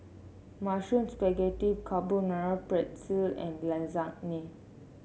Mushroom Spaghetti Carbonara Pretzel and Lasagna